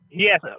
Yes